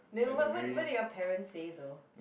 then what what what did your parents say though